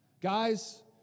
guys